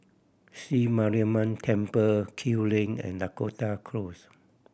Sri Mariamman Temple Kew Lane and Dakota Close